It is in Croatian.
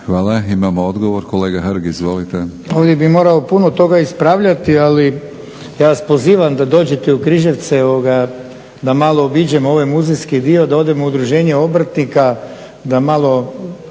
Hvala. Imamo odgovor kolega Hrg izvolite. **Hrg, Branko (HSS)** Ovdje bih morao puno toga ispravljati ali ja vas pozivam da dođete u Križevce da malo obiđemo ovaj muzejski dio, da odemo u udruženje obrtnika da malo